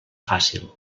fàcil